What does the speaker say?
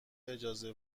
اجازه